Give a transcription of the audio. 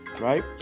right